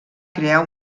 crear